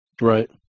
Right